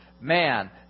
man